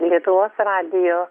lietuvos radijo